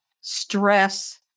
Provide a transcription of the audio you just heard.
stress